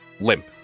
limp